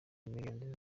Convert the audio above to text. millions